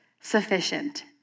sufficient